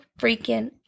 freaking